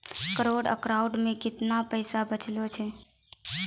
Current account मे केतना पैसा बचलो छै?